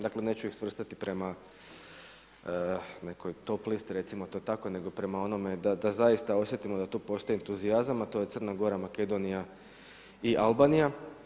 Dakle, neću ih svrstati prema nekoj top listi recimo to tako, nego prema onome da zaista osjetimo da tu postoji entuzijazam a to je Crna Gora, Makedonija i Albanija.